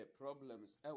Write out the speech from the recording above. problems